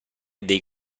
dei